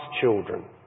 children